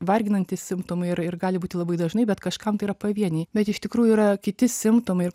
varginantys simptomai ir ir gali būti labai dažnai bet kažkam tai yra pavieniai bet iš tikrųjų yra kiti simptomai